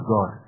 God